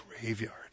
graveyard